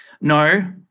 No